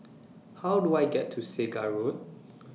How Do I get to Segar Road